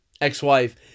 ex-wife